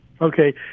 Okay